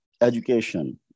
education